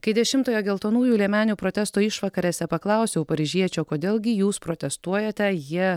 kai dešimtojo geltonųjų liemenių protesto išvakarėse paklausiau paryžiečio kodėl gi jūs protestuojate jie